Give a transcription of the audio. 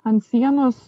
ant sienos